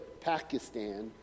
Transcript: Pakistan